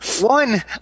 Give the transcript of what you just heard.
one